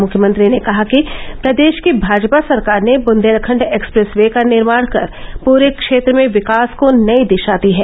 मुख्यमंत्री ने कहा कि प्रदेश की भाजपा सरकार ने बुंदेलखंड एक्सप्रेस वे का निर्माण कर प्रे क्षेत्र में विकास को नई दिशा दी है